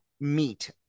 meet